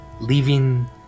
leaving